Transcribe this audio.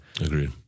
Agreed